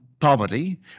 Poverty